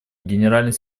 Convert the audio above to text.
генеральный